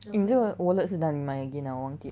你这个 wallet 是哪里买 again ah 我忘记